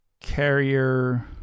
Carrier